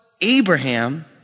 Abraham